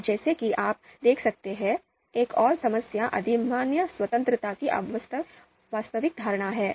अब जैसा कि आप देख सकते हैं एक और समस्या अधिमान्य स्वतंत्रता की अवास्तविक धारणा है